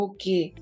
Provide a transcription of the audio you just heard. Okay